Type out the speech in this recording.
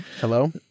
Hello